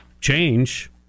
change